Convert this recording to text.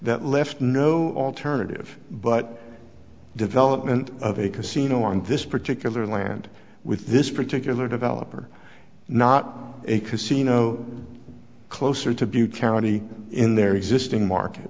that left no alternative but development of a casino on this particular land with this particular developer not a casino closer to butte county in their existing mark